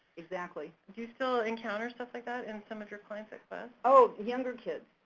exactly. do you still encounter stuff like that in some of your clients at quest? oh, younger kids.